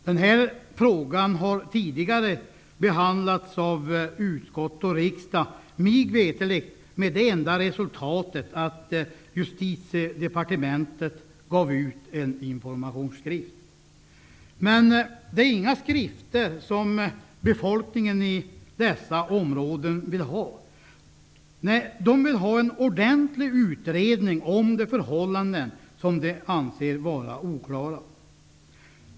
Den här frågan har tidigare behandlats av utskott och riksdag, mig veterligt med det enda resultatet att justitiedepartementet gav ut en informationsskrift. Det är inte skrifter som befolkningen i dessa områden vill ha. De vill ha en ordentlig utredning om de förhållanden som de anser vara oklara.